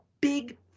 big